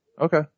Okay